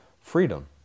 freedom